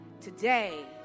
Today